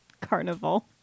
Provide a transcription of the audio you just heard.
Carnival